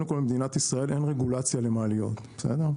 קודם כל למדינת ישראל אין רגולציה למעליות בסדר?